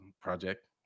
project